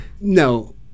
No